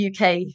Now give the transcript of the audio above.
UK